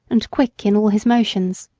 and quick in all his motions.